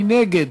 מי נגד?